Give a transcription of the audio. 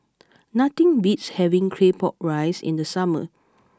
nothing beats having Claypot Rice in the summer